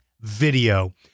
video